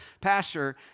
pastor